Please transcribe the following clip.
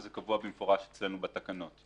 וזה קבוע במפורש אצלנו בתקנות.